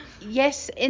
Yes